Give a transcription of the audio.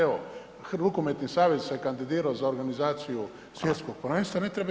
Evo, Rukometni savez se kandidirao za organizaciju svjetskog prvenstva, ne trebaju